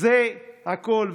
זה הכול.